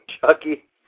Chucky